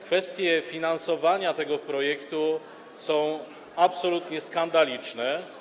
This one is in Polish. Kwestie finansowania tego projektu są absolutnie skandaliczne.